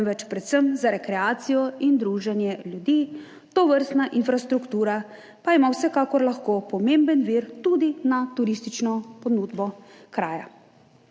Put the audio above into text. temveč predvsem za rekreacijo in druženje ljudi, tovrstna infrastruktura pa je vsekakor lahko pomemben vir tudi za turistično ponudbo kraja.